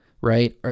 right